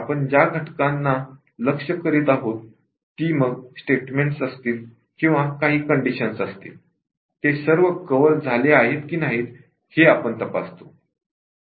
आपण ज्या घटकांना लक्ष्य करीत आहोत ती मग स्टेटमेंट्स असतील किंवा काही कंडिशन्स असतील ते सर्व व्यापले आहेत की नाही हे आपण तपासतो